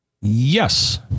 Yes